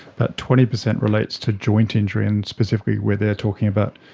but twenty percent relates to joint injury and specifically where they are talking about